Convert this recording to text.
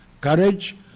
courage